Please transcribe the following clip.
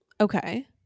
Okay